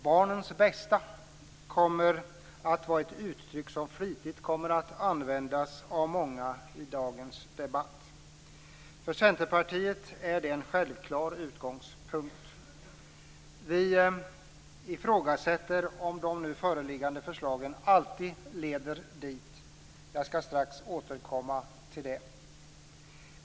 Barnens bästa är ett uttryck som flitigt kommer att användas av många i dagens debatt. För Centerpartiet är det en självklar utgångspunkt. Vi ifrågasätter om de nu föreliggande förslagen alltid leder dit. Jag skall strax återkomma till det.